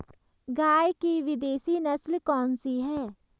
गाय की विदेशी नस्ल कौन सी है?